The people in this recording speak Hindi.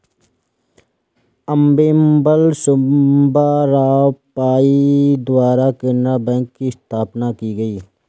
अम्मेम्बल सुब्बा राव पई द्वारा केनरा बैंक की स्थापना की गयी